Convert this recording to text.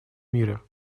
мира